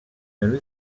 there